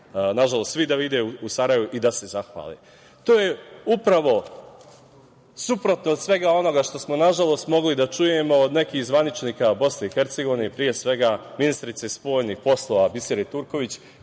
nažalost, svi da vide u Sarajevu i da se zahvale. To je upravo suprotno od svega onoga što smo, nažalost, mogli da čujemo od nekih zvaničnika BiH, pre svega ministrice spoljnih poslova Bisere Turković,